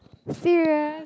serious